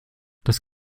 das